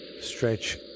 stretch